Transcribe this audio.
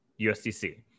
USDC